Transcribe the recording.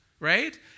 right